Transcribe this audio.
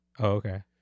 okay